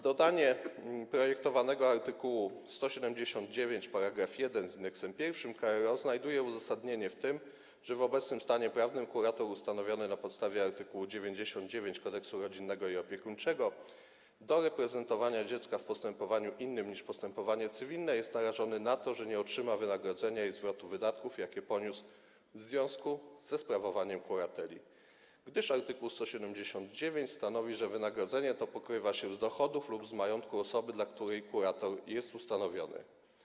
Dodanie projektowanego art. 179 § 1 k.r.o. znajduje uzasadnienie w tym, że w obecnym stanie prawnym kurator ustanowiony na podstawie art. 99 Kodeksu rodzinnego i opiekuńczego do reprezentowania dziecka w postępowaniu innym niż postępowanie cywilne jest narażony na to, że nie otrzyma wynagrodzenia i zwrotu wydatków, jakie poniósł w związku ze sprawowaniem kurateli, gdyż art. 179 stanowi, że wynagrodzenie to pokrywa się z dochodów lub z majątku osoby, dla której kurator jest ustanowiony.